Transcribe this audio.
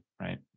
right